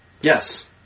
Yes